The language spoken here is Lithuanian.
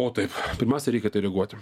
o taip pirmiausia reikia į tai reaguoti